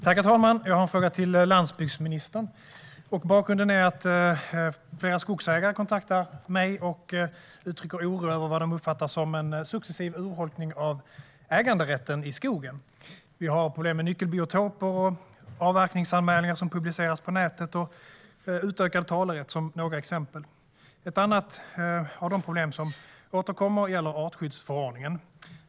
Herr talman! Jag har en fråga till landsbygdsministern. Bakgrunden är att flera skogsägare har kontaktat mig och uttryckt oro över vad de uppfattar som en successiv urholkning av äganderätten i skogen. Vi har problem med exempelvis nyckelbiotoper, avverkningsanmälningar som publiceras på nätet och utökad talerätt. Ett annat av de problem som återkommer gäller artskyddsförordningen.